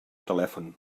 telèfon